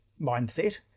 mindset